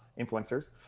influencers